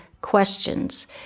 questions